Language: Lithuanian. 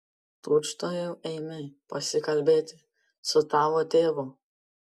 tučtuojau eime pasikalbėti su tavo tėvu